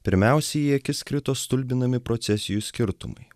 pirmiausia į akis krito stulbinami procesijų skirtumai